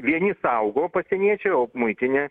vieni saugo pasieniečiai o muitinė